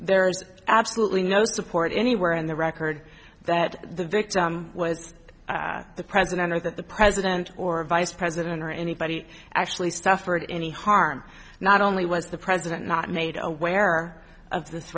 there is absolutely no support anywhere in the record that the victim was the president or that the president or vice president or anybody actually stuff or any harm not only was the president not made aware of th